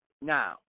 Now